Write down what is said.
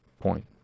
point